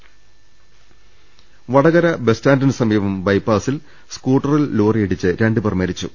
രാട് വടകര ബസ്സ്റ്റാന്റിന് സമീപം ബൈപാസിൽ സ്കൂട്ടറിൽ ലോറിയിടിച്ച് രണ്ടുപേർ മരിച്ചു